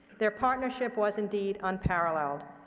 their partnership was indeed unparalleled.